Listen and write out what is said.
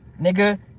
nigga